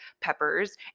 peppers